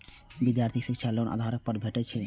विधार्थी के शिक्षा लोन कोन आधार पर भेटेत अछि?